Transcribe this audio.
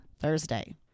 Thursday